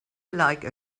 like